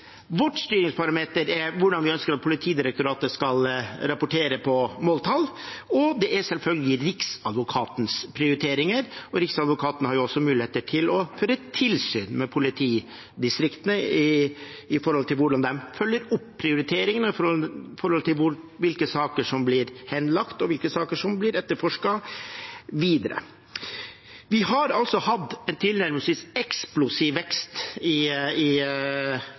styringsparameter er hvordan vi ønsker at Politidirektoratet skal rapportere på måltall, og det er selvfølgelig Riksadvokatens prioriteringer. Riksadvokaten har også muligheter til å føre tilsyn med politidistriktene når det gjelder hvordan de følger opp prioriteringene, hvilke saker som blir henlagt, og hvilke saker som blir etterforsket videre. Vi har altså hatt en tilnærmelsesvis eksplosiv vekst i